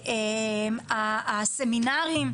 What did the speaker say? הסמינרים.